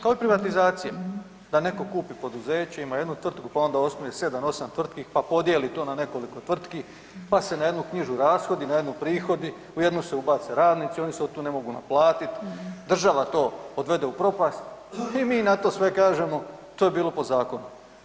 To je od privatizacije, da netko kupi poduzeće, ima jednu tvrtku, pa onda osnuje 7, 8 tvrtki pa podijeli to na nekoliko tvrtki, pa se na jednu knjiže rashodi, na jednu prihodu, u jednu se ubace radnici, oni se otud ne mogu naplatiti, država to odvede u propast i mi na to sve kažemo, to je bilo po zakonu.